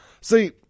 See